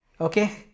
Okay